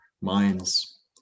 minds